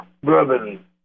Bourbon